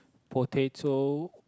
potato